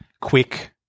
quick